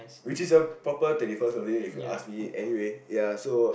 which is a proper twenty first away if you ask me anyway ya so